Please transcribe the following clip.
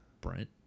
Brent